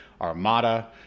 armada